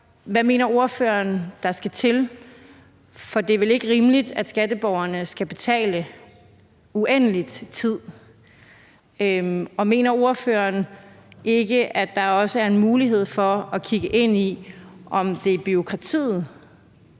Hvad mener ordføreren der skal til? For det er vel ikke rimeligt, at skatteborgerne skal betale til uendelig tid? Og mener ordføreren ikke, at der også er en mulighed for at kigge ind i, om det er bureaukratiet,